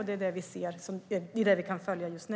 Det är det vi ser och kan följa just nu.